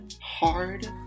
hard